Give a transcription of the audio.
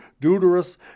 deuterus